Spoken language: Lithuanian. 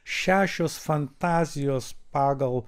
šešios fantazijos pagal